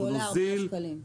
שעולה ארבעה שקלים.